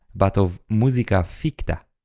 but of musica ficta.